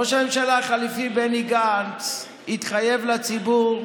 ראש הממשלה החליפי בני גנץ התחייב לציבור,